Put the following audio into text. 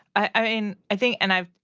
i mean, i think and i've,